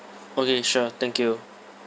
okay sure thank you